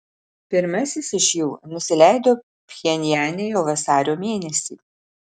pirmasis iš jų nusileido pchenjane jau vasario mėnesį